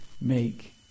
make